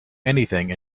anything